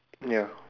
ya